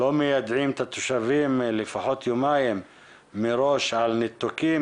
לא מיידעים את התושבים לפחות יומיים מראש על ניתוקים,